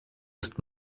ist